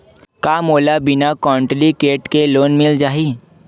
का मोला बिना कौंटलीकेट के लोन मिल जाही?